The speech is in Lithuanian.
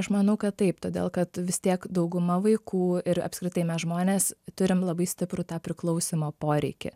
aš manau kad taip todėl kad vis tiek dauguma vaikų ir apskritai mes žmonės turim labai stiprų tą priklausymo poreikį